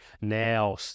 now